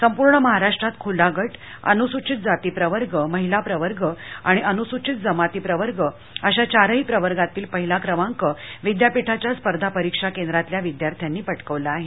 संपूर्ण महाराष्ट्रात खुला गट अनुसूचित जाती प्रवर्ग महिला प्रवर्ग आणि अनुसूचित जमाती प्रवर्ग अशा चारही प्रवर्गातील पहिला क्रमांक विद्यापीठाच्या स्पर्धा परीक्षा केंद्रातल्या विद्यार्थ्यांनी पटकावला आहे